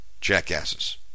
jackasses